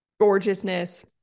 gorgeousness